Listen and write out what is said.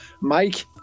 Mike